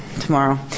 tomorrow